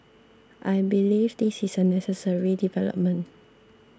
I believe this is a necessary development